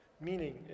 meaning